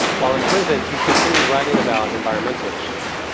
while imprisoned, he continued writing about environmental issues,